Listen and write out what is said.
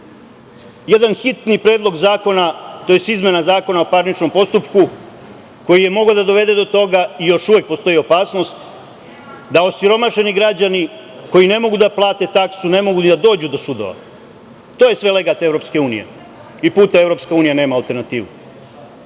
jedan hitni predlog zakona, tj. izmena Zakona o parničnom postupku koji je mogao da dovede do toga i još uvek postoji opasnost da osiromašeni građani koji ne mogu da plate taksu ne mogu ni da dođu do sudova. To je sve legat Evropske unije i puta – Evropska unija nema alternativu. To